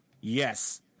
yes